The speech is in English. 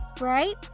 right